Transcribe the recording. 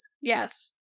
Yes